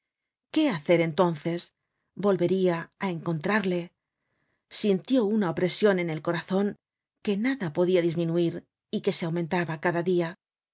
qué hacer entonces volveria á encontrarle sintió una opresion en el corazon que nada podia disminuir y que se aumentaba cada dia